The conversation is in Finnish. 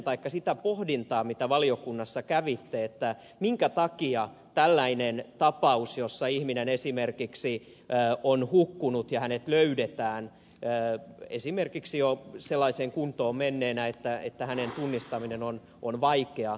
tölliltä sitä pohdintaa mitä valiokunnassa kävitte minkä takia tällaisessa tapauksessa jossa ihminen esimerkiksi on hukkunut ja hänet löydetään jo sellaiseen kuntoon menneenä että hänen tunnistamisensa on vaikeaa